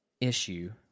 issue